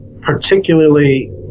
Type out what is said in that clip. particularly